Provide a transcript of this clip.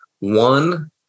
One